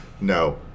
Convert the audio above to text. no